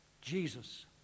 Jesus